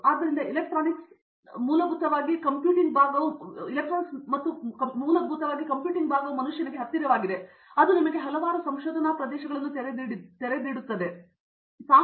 ಆದ್ದರಿಂದ ಎಲೆಕ್ಟ್ರಾನಿಕ್ಸ್ ಮತ್ತು ಎಲೆಕ್ಟ್ರಾನಿಕ್ಸ್ ಮೂಲಭೂತವಾಗಿ ಕಂಪ್ಯೂಟ್ ಭಾಗವು ಮನುಷ್ಯನಿಗೆ ಹತ್ತಿರವಾಗಿದೆ ಮತ್ತು ಅದು ನಿಮಗೆ ಹಲವಾರು ಸಂಶೋಧನಾ ಪ್ರದೇಶಗಳನ್ನು ತೆರೆದಿವೆ